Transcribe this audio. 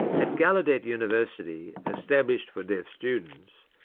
at gallaudet university, established for deaf students,